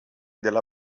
della